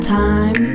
time